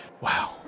Wow